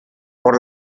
por